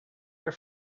your